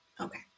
Okay